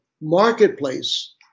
marketplace